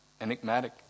enigmatic